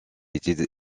est